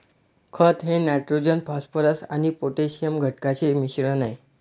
खत हे nitrogen phosphorus आणि पोटॅशियम घटकांचे मिश्रण आहे